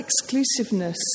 exclusiveness